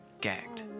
gagged